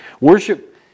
Worship